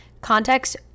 context